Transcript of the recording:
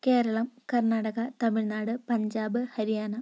Keralam Karnataka Tamil Nadu Punjab Haryana